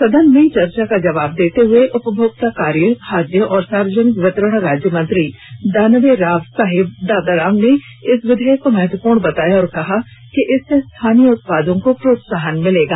सदन में चर्चा का जवाब देते हुए उपभोक्ता कार्य खाद्य और सार्वजनिक वितरण राज्यमंत्री दानवे राव साहिब दादाराव ने इस विधेयक को महत्वपूर्ण बताया और कहा कि इससे स्थानीय उत्पादों को प्रोत्साहन मिलेगा